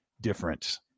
different